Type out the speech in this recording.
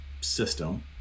system